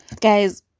guys